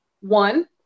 one